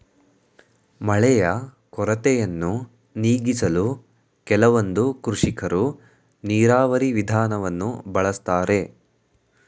ಮಳೆಯ ಕೊರತೆಯನ್ನು ನೀಗಿಸಲು ಕೆಲವೊಂದು ಕೃಷಿಕರು ನೀರಾವರಿ ವಿಧಾನವನ್ನು ಬಳಸ್ತಾರೆ